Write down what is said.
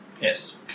Yes